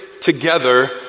together